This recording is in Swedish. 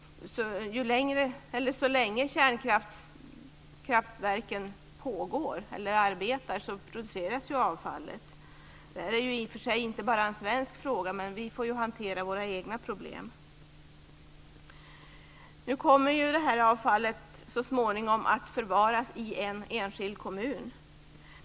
Så länge kärnkraftverken arbetar produceras avfall. Det är i och för sig inte bara en svensk fråga, men vi får hantera våra egna problem. Nu kommer avfallet så småningom att förvaras i en enskild kommun.